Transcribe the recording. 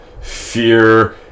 fear